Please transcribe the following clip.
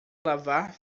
lavar